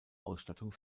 ausstattung